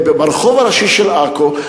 ברחוב הראשי של עכו,